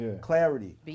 Clarity